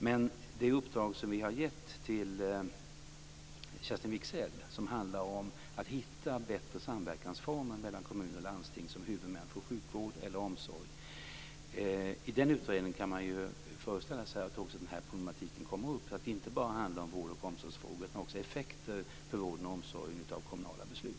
Men i det uppdrag som vi har gett till Kerstin Wigzell som handlar om att hitta bättre samverkansformer mellan kommun och landsting som huvudmän för sjukvård eller omsorg, kan man föreställa sig att också den här problematiken kommer upp så att det inte bara handlar om vård och omsorgsfrågor utan också om effekter på vård och omsorg av kommunala beslut.